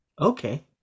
Okay